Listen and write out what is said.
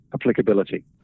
applicability